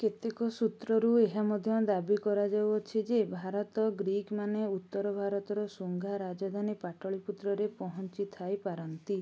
କେତେକ ସୂତ୍ରରୁ ଏହା ମଧ୍ୟ ଦାବି କରାଯାଉଅଛି ଯେ ଭାରତ ଗ୍ରୀକମାନେ ଉତ୍ତର ଭାରତର ଶୁଙ୍ଗା ରାଜଧାନୀ ପାଟଳି ପୁତ୍ରରେ ପହଞ୍ଚି ଥାଇପାରନ୍ତି